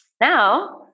Now